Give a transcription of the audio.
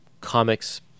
comics